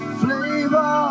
flavor